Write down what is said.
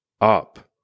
up